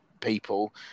people